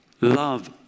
Love